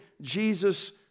Jesus